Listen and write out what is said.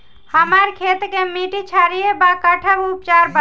हमर खेत के मिट्टी क्षारीय बा कट्ठा उपचार बा?